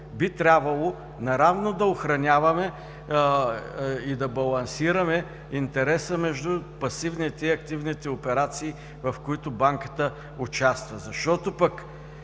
би трябвало наравно да охраняваме и да балансираме интереса между пасивните и активните операции, в които банката участва, защото пък